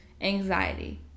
anxiety